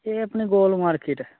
एह् अपनी गोल मार्केिट